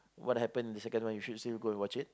what happen the second one you should still go and watch it